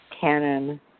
canon